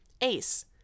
Ace